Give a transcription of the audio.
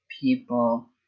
people